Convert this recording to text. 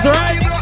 right